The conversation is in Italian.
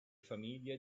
famiglie